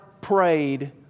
prayed